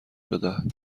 بدهد